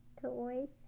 toys